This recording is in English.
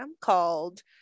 called